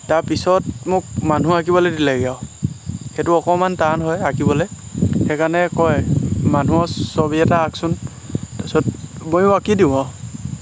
তাৰপিছত মোক মানুহ আঁকিবলৈ দিলেগৈ আৰু সেইটো অকণমান টান হয় আঁকিবলৈ সেইকাৰণে কয় মানুহৰ ছবি এটা আঁকচোন তাৰপিছত ময়ো আঁকি দিওঁ আৰু